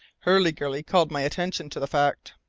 hurliguerly called my attention to the fact.